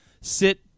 sit